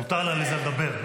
מותר לעליזה לדבר.